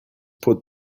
put